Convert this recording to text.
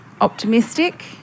optimistic